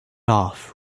off